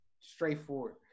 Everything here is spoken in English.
straightforward